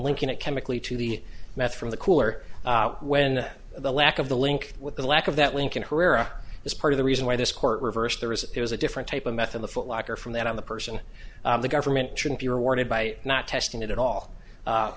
it chemically to the meth from the cooler when the lack of the link with the lack of that link in herrera is part of the reason why this court reversed there was it was a different type of meth in the foot locker from then on the person the government should be rewarded by not testing it at all